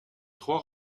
trois